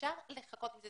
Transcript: אפשר לחכות עם זה,